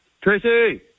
Tracy